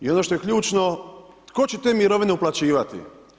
I ono što je ključno, tko će te mirovine uplaćivati?